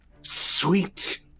sweet